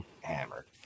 hammer